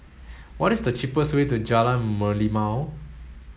what is the cheapest way to Jalan Merlimau